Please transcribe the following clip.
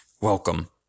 Welcome